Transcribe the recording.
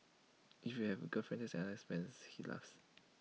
if you have A girlfriend that's another expense he laughs